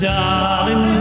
Darling